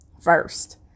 first